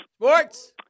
Sports